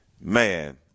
man